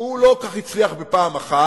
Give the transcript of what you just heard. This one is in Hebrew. הוא לא כל כך הצליח פעם אחת,